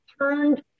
turned